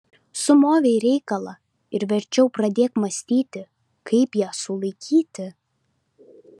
sumovei reikalą ir verčiau pradėk mąstyti kaip ją sulaikyti